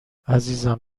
عزیزم